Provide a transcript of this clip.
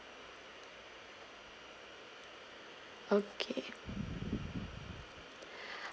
okay